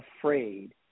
afraid